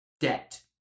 debt